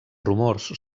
rumors